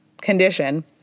condition